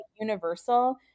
Universal